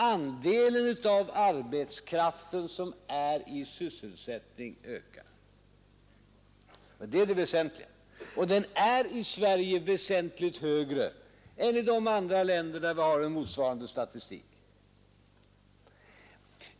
Andelen av arbetskraft som är i sysselsättning ökar alltså, och det är det väsentliga. Sysselsättningen är i Sverige väsentligt högre än i de andra länder där det finns motsvarande statistik.